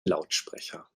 lautsprecher